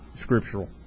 scriptural